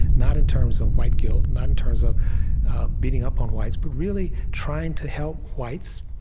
not in terms of white guilt, not in terms of beating up on whites, but really trying to help whites,